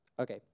Okay